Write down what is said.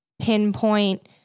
pinpoint